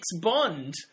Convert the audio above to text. Bond